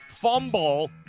fumble